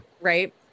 right